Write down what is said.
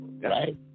right